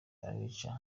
abica